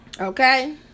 okay